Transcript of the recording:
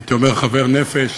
הייתי אומר חבר נפש.